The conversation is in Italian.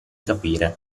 capire